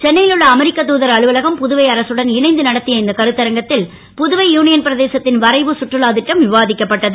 சென்னை ல் உள்ள அமெரிக்க தூதர் அலுவலகம் புதுவை அரசுடன் இணைந்து நடத் ய இந்த கருத்தரங்கத் ல் புதுவை யூ யன் பிரதேசத் ன் வரைவு கற்றுலா ட்டம் விவா க்கப்பட்டது